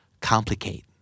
Complicate